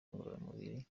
ngororamubiri